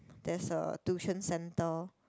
there's a tuition centre